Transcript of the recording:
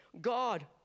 God